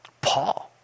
Paul